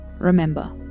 Remember